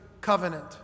covenant